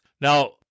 Now